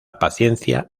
paciencia